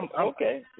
Okay